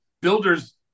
builders